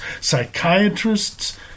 psychiatrists